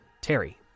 Terry